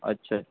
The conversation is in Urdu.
اچھا اچھا